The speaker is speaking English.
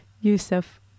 Yusuf